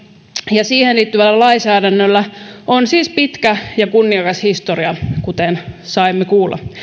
ja siihen liittyvällä lainsäädännöllä on siis pitkä ja kunniakas historia kuten saimme kuulla